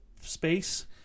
space